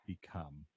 become